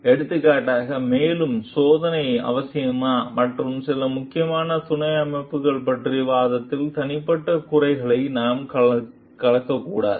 எடுத்துக்காட்டாக மேலும் சோதனை அவசியமா மற்றும் சில முக்கியமான துணை அமைப்புகள் பற்றிய வாதத்தில் தனிப்பட்ட குறைகளை நாம் கலக்கக்கூடாது